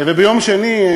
וביום שני,